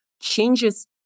changes